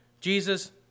Jesus